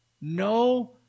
no